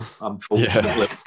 unfortunately